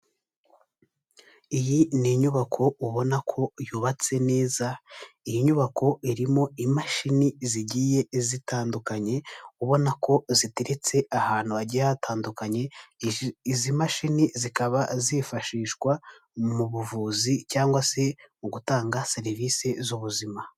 Iyi ni inyubako ubona ko yubatse neza, iyi nyubako irimo imashini zigiye zitandukanye, ubona ko ziteretse ahantu hagiye hatandukanye, izi mashini zikaba zifashishwa mu buvuzi cyangwa se mu gutanga serivisi z'ubuzima.